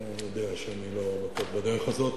אתה יודע שאני לא נוקט את הדרך הזאת.